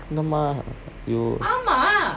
என்னம்மாஐயோ:ennamma aiyyoo